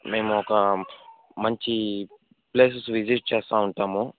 మేము ఒక మంచి ప్లేసెస్ విసిట్ చేస్తూ ఉంటాము